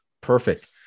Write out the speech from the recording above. perfect